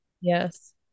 Yes